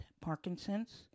Parkinson's